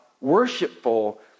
worshipful